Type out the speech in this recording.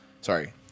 Sorry